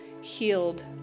healed